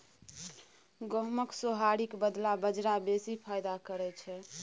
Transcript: गहुमक सोहारीक बदला बजरा बेसी फायदा करय छै